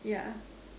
yeah